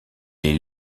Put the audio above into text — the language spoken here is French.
est